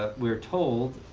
ah we are told,